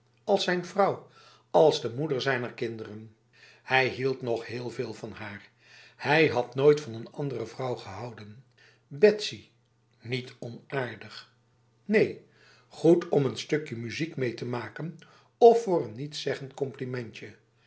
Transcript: als zijn vrouw als de moeder zijner kinderen hij hield nog heel veel van haar hij had nooit van een andere vrouw gehouden betsyh n et onaardig neen goed om n stukje muziek mee te maken of voor een nietszeggend complimentje